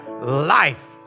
life